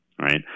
right